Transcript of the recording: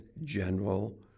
general